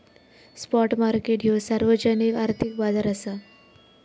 spot market ह्यो सार्वजनिक आर्थिक बाजार असा